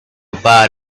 part